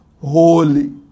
Holy